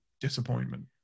disappointment